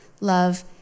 love